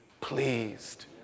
pleased